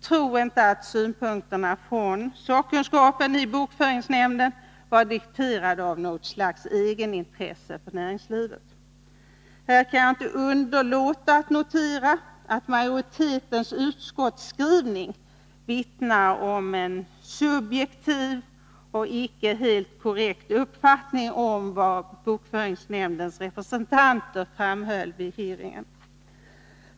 Tro inte att synpunkterna från sakkunskapen i bokföringsnämnden var dikterade av något slags egenintresse från näringslivets sida. Här kan jag inte underlåta att notera att utskottsmajoritetens skrivning vittnar om en subjektiv och icke helt korrekt uppfattning om vad bokföringsnämndens representanter framhöll vid hearingen.